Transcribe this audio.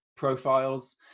profiles